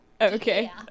Okay